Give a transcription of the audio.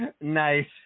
Nice